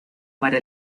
para